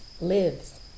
lives